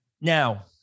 Now